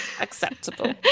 Acceptable